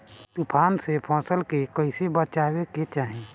तुफान से फसल के कइसे बचावे के चाहीं?